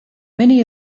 many